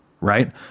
right